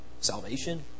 salvation